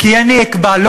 כי אני אקבע,